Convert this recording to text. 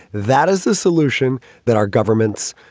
that is the solution that our governments,